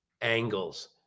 angles